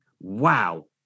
wow